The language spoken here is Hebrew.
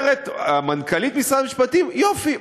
אומרת מנכ"לית משרד המשפטים: יופי,